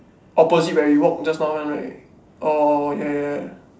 opposite where we walk just now one right orh ya ya ya